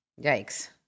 Yikes